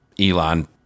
Elon